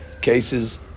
cases